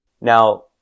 Now